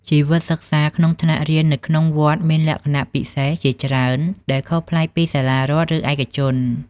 ជីវិតសិក្សាក្នុងថ្នាក់រៀននៅក្នុងវត្តមានលក្ខណៈពិសេសជាច្រើនដែលខុសប្លែកពីសាលារដ្ឋឬឯកជន។